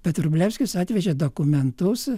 bet vrublevskis atvežė dokumentus